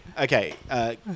Okay